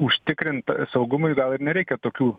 užtikrint saugumui gal ir nereikia tokių